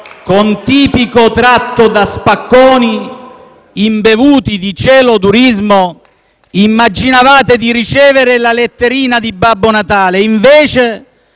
con tipico tratto da spacconi, imbevuti di celodurismo immaginavate di ricevere la letterina di Babbo Natale e, invece,